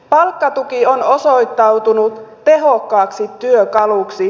palkkatuki on osoittautunut tehokkaaksi työkaluksi